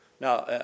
Now